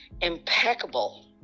Impeccable